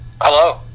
Hello